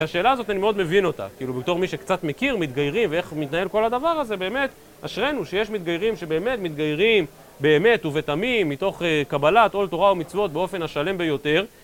השאלה הזאת אני מאוד מבין אותה, כאילו בתור מי שקצת מכיר מתגיירים ואיך מתנהל כל הדבר הזה באמת אשרנו שיש מתגיירים שבאמת מתגיירים באמת ובתמים מתוך קבלת עול תורה ומצוות באופן השלם ביותר